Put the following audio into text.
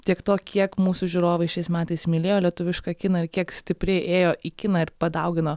tiek to kiek mūsų žiūrovai šiais metais mylėjo lietuvišką kiną ir kiek stipriai ėjo į kiną ir padaugino